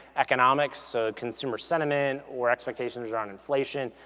economics, so consumer sentiment or expectations around inflation,